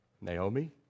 Naomi